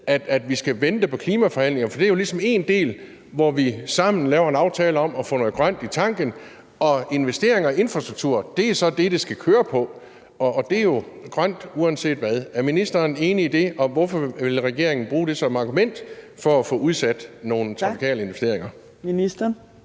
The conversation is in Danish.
at vi skal vente på klimaforhandlingerne, for det er ligesom én del, hvor vi sammen laver en aftale om at få noget grønt i tanken, og investeringer i infrastruktur er så det, det skal køre på, og det er jo grønt uanset hvad. Er ministeren enig i det, og hvorfor vil regeringen bruge det som argument for at få udsat nogle trafikale investeringer? Kl.